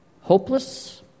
hopeless